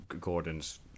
Gordon's